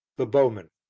the bowmen